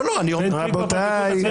לא --- רבותיי,